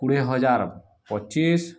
କୋଡ଼ିଏ ହଜାର ପଚିଶି